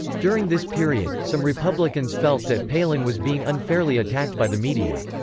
during this period, some republicans felt that palin was being unfairly attacked by the media.